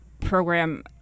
program